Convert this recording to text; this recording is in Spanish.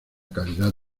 calidad